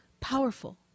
powerful